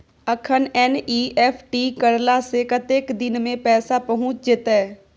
अखन एन.ई.एफ.टी करला से कतेक दिन में पैसा पहुँच जेतै?